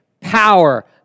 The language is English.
power